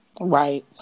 Right